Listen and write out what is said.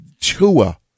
Tua